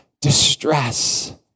distress